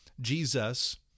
Jesus